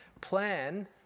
Plan